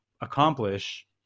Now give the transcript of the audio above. accomplish